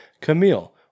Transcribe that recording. Camille